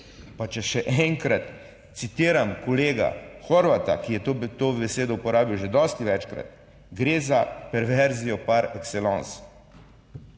Pa če še enkrat citiram kolega Horvata, ki je to besedo uporabil že dosti večkrat, gre za perverzijo par excellence.